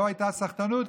לא הייתה סחטנות,